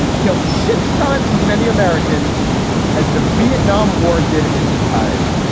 kill six times as many americans as the vietnam war did in its entirety.